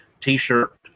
T-shirt